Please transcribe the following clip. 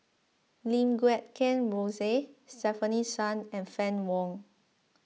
Lim Guat Kheng Rosie Stefanie Sun and Fann Wong